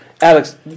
Alex